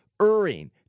erring